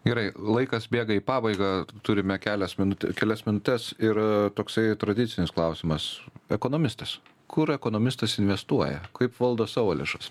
gerai laikas bėga į pabaigą turime kelias minut kelias minutes ir toksai tradicinis klausimas ekonomistas kur ekonomistas investuoja kaip valdo savo lėšas